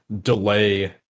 delay